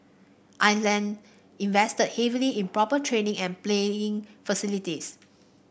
island invested heavily in proper training and playing facilities